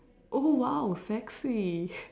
oh !wow! sexy